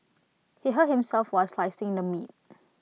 he hurt himself while slicing the meat